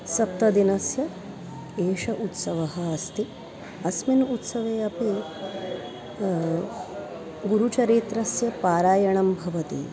सप्तदिनस्य एषः उत्सवः अस्ति अस्मिन् उत्सवे अपि गुरुचरित्रस्य पारायणं भवति